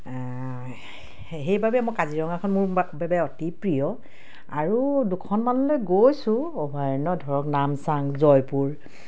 সেইবাবে মই কাজিৰঙাখন মোৰ বাবে অতি প্ৰিয় আৰু দুখনমানলৈ গৈছোঁ অভয়াৰণ্য ধৰক নামচাং জয়পুৰ